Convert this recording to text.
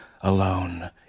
Alone